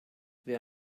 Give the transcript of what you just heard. wer